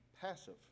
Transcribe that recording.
passive